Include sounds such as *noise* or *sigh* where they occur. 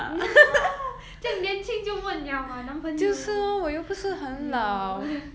*laughs* 这样年轻就问 liao ah 男朋友 !aiyo! *noise*